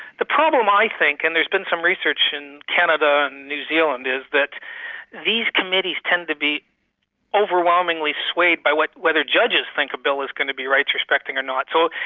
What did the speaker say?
the problem i think, and there's been some research in canada and new zealand, is that these committees tend to be overwhelmingly swayed by whether judges think a bill is going to be rights respecting or not. so,